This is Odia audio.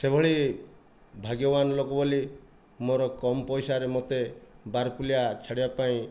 ସେହିଭଳି ଭାଗ୍ୟବାନ ଲୋକ ବୋଲି ମୋର କମ୍ ପଇସାରେ ମୋତେ ବାରପଲିଆ ଛାଡ଼ିବା ପାଇଁ